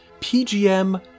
PGM